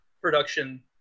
production